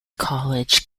college